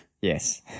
Yes